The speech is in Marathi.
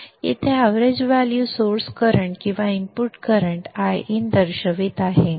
येथे एवरेज व्हॅल्यू सोर्स करंट किंवा इनपुट करंट Iin दर्शवित आहे